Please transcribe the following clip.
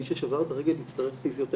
מי ששבר את הרגל יצטרך פיזיותרפיה,